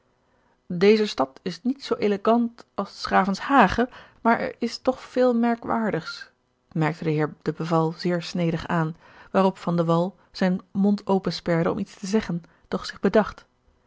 deze stad is niet zoo élégant als s gravenhage maar er is toch veel merkwaardigs merkte de heer de beval zeer snedig aan waarop van de wall zijn mond opensperde om iets te zeggen doch zich bedacht